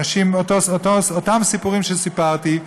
אותם סיפורים שסיפרתי.